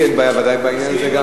לי ודאי אין בעיה בעניין הזה.